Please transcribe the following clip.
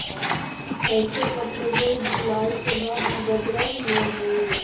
ऐसे कपड़े बहुत धुलाई के बाद भी बदरंग न हई